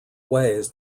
ways